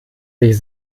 sich